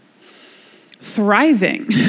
thriving